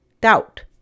doubt